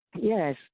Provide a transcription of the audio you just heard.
Yes